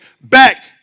back